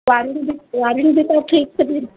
warranty ବି warranty ବି ତ ଠିକ୍ ଅଛି